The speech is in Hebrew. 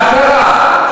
מה קרה?